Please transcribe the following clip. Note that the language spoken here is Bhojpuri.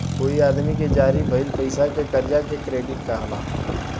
कोई आदमी के जारी भइल पईसा के कर्जा के क्रेडिट कहाला